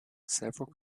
several